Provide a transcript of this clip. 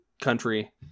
country